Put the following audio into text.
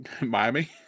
Miami